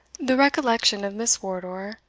the recollection of miss wardour,